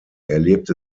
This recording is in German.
erlebte